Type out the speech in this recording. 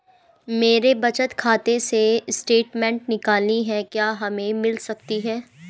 मेरे बचत खाते से स्टेटमेंट निकालनी है क्या हमें मिल सकती है?